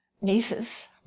nieces